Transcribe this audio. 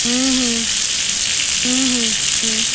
ହୁଁ ହୁଁ ହୁଁ ହୁଁ ହୁଁ